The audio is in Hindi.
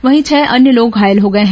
वहीं छह अन्य लोग घायल हो गए हैं